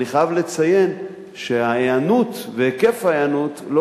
אני חייב לציין שההיענות והיקף ההיענות לא